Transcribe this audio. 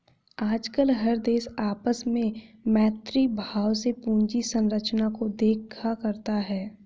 आजकल हर देश आपस में मैत्री भाव से पूंजी संरचना को देखा करता है